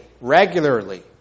regularly